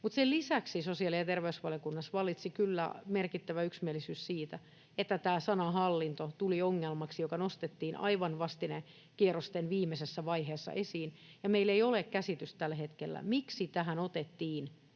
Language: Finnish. Sen lisäksi sosiaali- ja terveysvaliokunnassa vallitsi kyllä merkittävä yksimielisyys siitä, että tämä sana ”hallinto” tuli ongelmaksi, joka nostettiin aivan vastinekierrosten viimeisessä vaiheessa esiin. Meillä ei ole tällä hetkellä käsitystä, miksi tähän otettiin